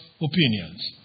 opinions